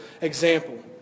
example